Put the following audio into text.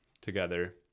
together